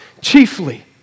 chiefly